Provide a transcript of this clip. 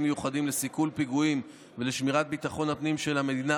מיוחדים לסיכול פיגועים ולשמירת ביטחון הפנים של המדינה,